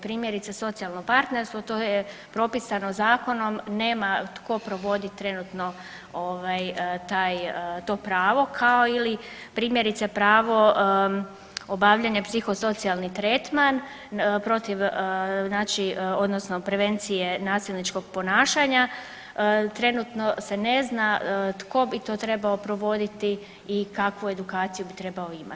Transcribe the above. Primjerice socijalno partnerstvo to je propisano zakonom, nema tko provoditi trenutno ovaj taj, to pravo kao ili primjerice pravo obavljanje psihosocijalni tretman protiv znači odnosno prevencije nasilničkog ponašanja, trenutno se ne zna tko bi to trebao provoditi i kakvu edukaciju bi trebao imati.